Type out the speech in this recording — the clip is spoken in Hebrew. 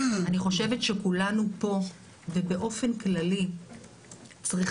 אני חושבת שכולנו פה ובאופן כללי צריכים